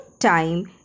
time